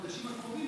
בחודשים הקרובים,